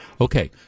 Okay